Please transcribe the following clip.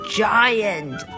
giant